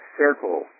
circle